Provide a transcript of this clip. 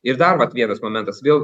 ir dar vat vienas momentas vėl